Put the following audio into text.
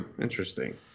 interesting